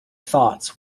thoughts